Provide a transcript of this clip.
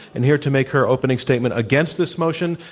and here to make her opening statement against this motion,